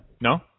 No